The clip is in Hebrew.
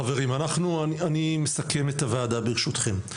חברים, אני מסכם את הוועדה ברשותכם.